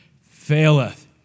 faileth